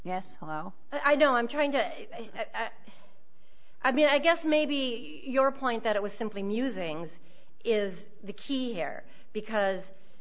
yes hello i know i'm trying to i mean i guess maybe your point that it was simply musings is the key here because